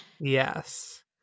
Yes